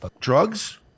Drugs